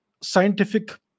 scientific